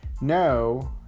no